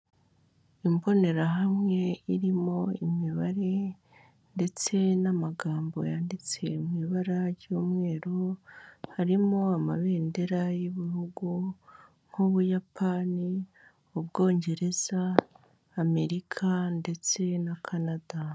Imbonerahamwe irimo imibare ndetse n'amagambo yanditse mu ibara ry'umweru, harimo amabendera y'ibihugu, nk'Ubuyapani, Ubwongereza, Amerika, ndetse na Kanada.